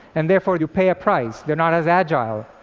and therefore you pay a price they're not as agile.